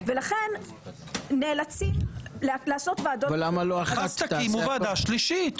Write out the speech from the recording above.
ולכן נאלצים לעשות ועדות --- אז תקימו ועדה שלישית,